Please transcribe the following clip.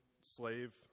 slave